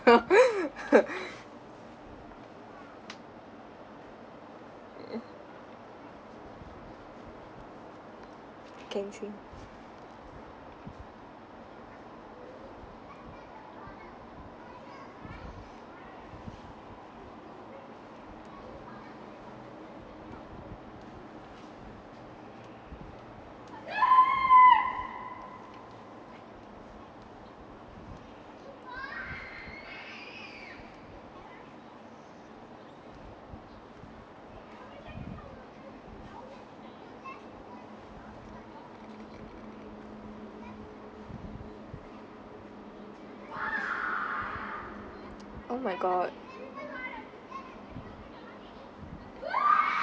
mm can say oh my god